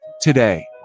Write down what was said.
Today